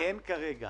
אין כרגע